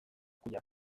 kuia